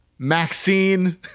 Maxine